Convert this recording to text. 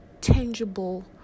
tangible